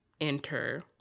Enter